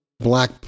black